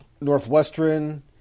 Northwestern